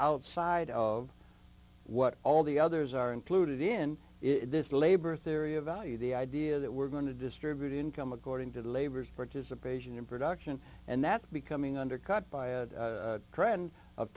outside of what all the others are included in it this labor theory of value the idea that we're going to distribute income according to the labors participation in production and that's becoming undercut by a trend of